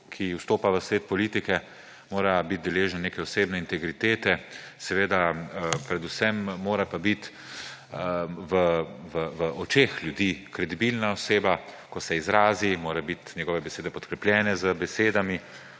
ki vstopa v svet politike, mora biti deležen neke osebne integritete, seveda mora biti pa predvsem v očeh ljudi kredibilna oseba, ko se izrazi, morajo biti njegove besede podkrepljene z besedami.